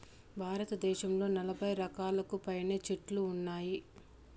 భారతదేశంలో నలబై రకాలకు పైనే చెట్లు ఉన్నాయి